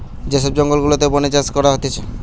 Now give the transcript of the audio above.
যে সব জঙ্গল গুলাতে বোনে চাষ করা হতিছে